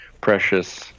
precious